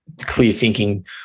clear-thinking